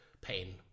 pain